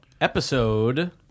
episode